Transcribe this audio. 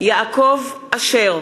מתחייב אני מנחם אליעזר מוזס,